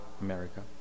America